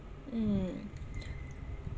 mm